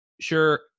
Sure